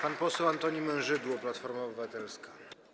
Pan poseł Antoni Mężydło, Platforma Obywatelska.